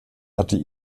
hatte